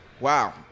Wow